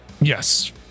Yes